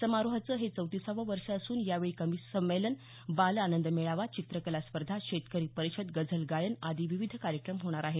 समारोहाचं हे चौतिसावं वर्ष असून यावेळी कवी संमेलन बाल आनंद मेळावा चित्रकला स्पर्धा शेतकरी परिषद गझल गायन आदी विविध कार्यक्रम होणार आहेत